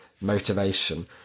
motivation